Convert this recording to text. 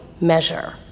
measure